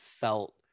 felt